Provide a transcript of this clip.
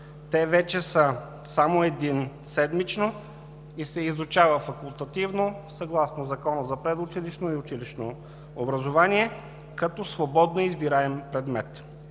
те вече са само един седмично и се изучава факултативно съгласно Закона за предучилищно и училищно образование като свободноизбираем предмет.